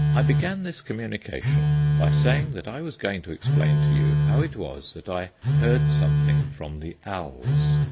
i began this communication by saying that i was going to explain to you how it was that i heard something from the owls,